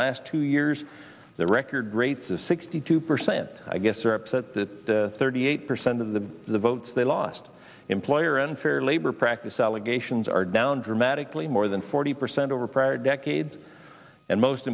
last two years their record rates of sixty two percent i guess are upset that thirty eight percent of the votes they lost employer unfair labor practice allegations are down dramatically more than forty percent over prior decades and most